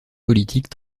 politique